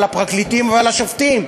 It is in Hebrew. על הפרקליטים ועל השופטים.